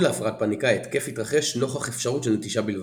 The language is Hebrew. להפרעת פאניקה ההתקף יתרחש נוכח אפשרות של נטישה בלבד.